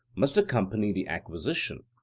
must accompany the acquisition,